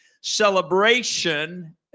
celebration